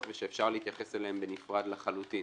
ושאפשר להתייחס אליהם בנפרד לחלוטין.